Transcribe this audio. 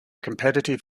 competitive